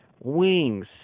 wings